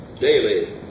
daily